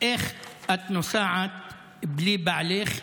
איך את נוסעת בלי בעלך?